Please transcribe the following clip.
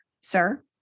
sir